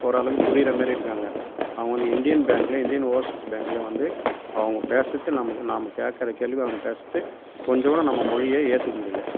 ஓரளவுக்கு புரியிறமாரி இருக்காங்க அவங்க வந்து இந்தியன் பேங்க்கில் இந்தியன் ஓவர்ஸீஸ் பேங்க்லையும் வந்து அவங்க பேசுறது நமக்கு நம்ம கேட்கிற கேள்வி அவங்க பேசுறது கொஞ்சம் கூட நம்ம மொழிய ஏற்றுக்க முடியல